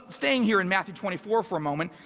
staying here in matthew twenty four for a moment.